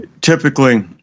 Typically